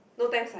no thanks fine